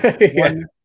One